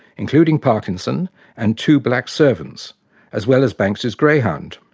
including parkinson and two black servants as well as banks's greyhound.